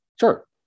sure